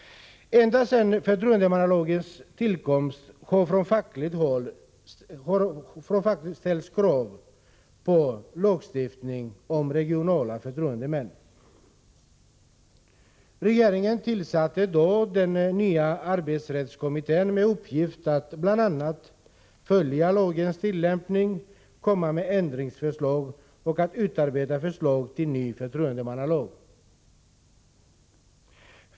Ända sedan förtroendemannalagens tillkomst har från fackligt håll ställts krav på lagstiftning om regionala förtroendemän. Regeringen tillsatte då den nya arbetsrättskommittén med uppgift att bl.a. följa lagens tillämpning, komma med ändringsförslag och utarbeta förslag till ny förtroendemannalag.